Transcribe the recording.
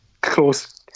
close